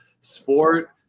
sport